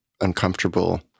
uncomfortable